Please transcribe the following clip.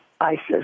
Isis